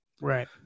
right